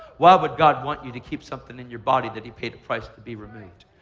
why would god want you to keep something in your body that he paid a price to be removed?